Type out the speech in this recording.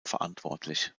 verantwortlich